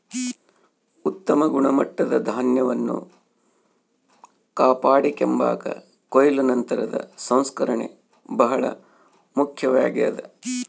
ಉತ್ತಮ ಗುಣಮಟ್ಟದ ಧಾನ್ಯವನ್ನು ಕಾಪಾಡಿಕೆಂಬಾಕ ಕೊಯ್ಲು ನಂತರದ ಸಂಸ್ಕರಣೆ ಬಹಳ ಮುಖ್ಯವಾಗ್ಯದ